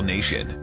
Nation